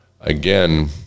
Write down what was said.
again